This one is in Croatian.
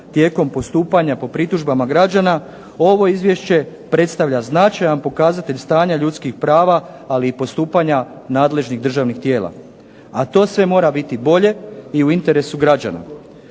tijekom postupanja po pritužbama građana ovo izvješće predstavlja značajan pokazatelj stanja ljudskih prava, ali i postupanja nadležnih državnih tijela. A to sve mora biti bolje i u interesu građana.